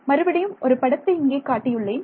மறுபடியும் ஒரு படத்தை இங்கே காட்டியுள்ளேன்